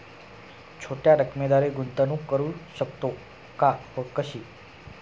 छोट्या रकमेद्वारे गुंतवणूक करू शकतो का व कशी?